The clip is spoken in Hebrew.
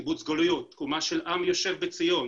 קיבוץ גלויות, קומו של עם יושב בציון.